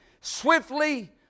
swiftly